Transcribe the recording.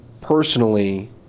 personally